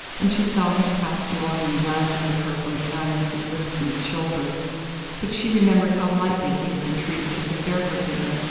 and she saw him cast longing glances at her from behind mrs. lipscomb's shoulder but she remembered how lightly he had been treated at the fairford dinner,